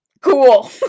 cool